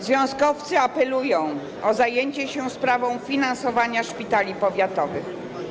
Związkowcy apelują o zajęcie się sprawą finansowania szpitali powiatowych.